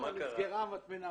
מה שעשו כל המטמנות,